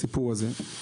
הסיפור הזה.